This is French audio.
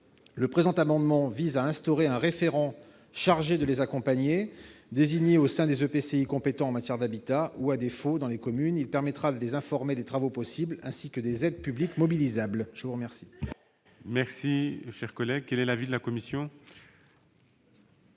Le présent amendement vise à instaurer un référent chargé de les accompagner. Désigné au sein des EPCI compétents en matière d'habitat, ou à défaut dans les communes, il les informera des travaux possibles, ainsi que des aides publiques mobilisables. Quel est l'avis de la commission ?